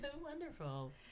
Wonderful